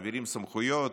מעבירים סמכויות.